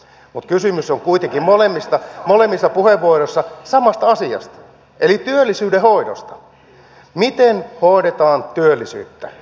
mutta kysymys on kuitenkin molemmissa puheenvuoroissa samasta asiasta eli työllisyyden hoidosta miten hoidetaan työllisyyttä